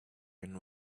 and